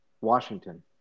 Washington